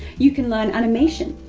you can learn animation,